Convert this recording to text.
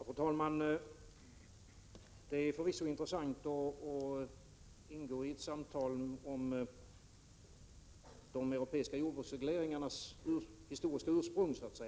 Fru talman! Det är förvisso intressant att ingå i ett samtal om de europeiska jordbruksregleringarnas historiska ursprung.